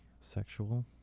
sexual